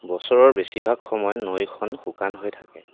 বছৰৰ বেছিভাগ সময় নৈখন শুকান হৈ থাকে